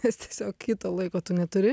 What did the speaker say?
nes tiesiog kito laiko tu neturi